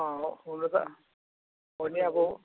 हो हुनु त हो नि अब